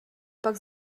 pak